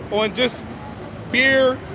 on just beer,